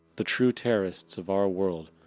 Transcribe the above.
the true terrorists of our world,